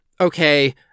okay